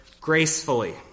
gracefully